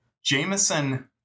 Jameson